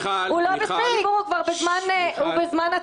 הוא בזמן הצבעה.